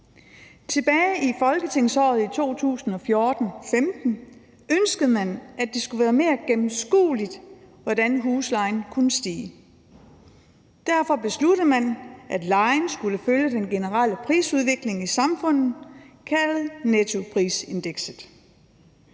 Tilbage i folketingsåret 2014-15 ønskede man, at det skulle være mere gennemskueligt, hvordan huslejen kunne stige. Derfor besluttede man, at lejen skulle følge den generelle prisudvikling i samfundet kaldet nettoprisindekset.